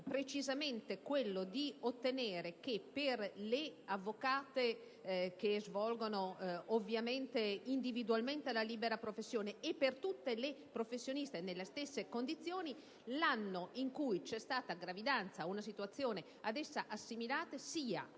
precisamente quello di ottenere, per le avvocate che svolgono individualmente la libera professione e per tutte le professioniste nelle stesse condizioni, che l'anno in cui c'è stata gravidanza o una situazione ad essa assimilata sia,